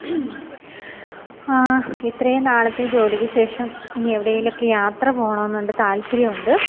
ഇത്രയും നാളത്തെ ജോലിക്ക് ശേഷം ഇനി എവിടെയെങ്കിലും ഒക്കെ യാത്ര പോവണമെന്നുണ്ട് താല്പര്യം ഉണ്ട്